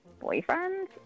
boyfriend